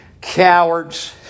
cowards